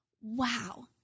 Wow